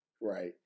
right